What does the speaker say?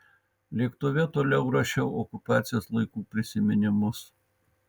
lėktuve toliau rašau okupacijos laikų prisiminimus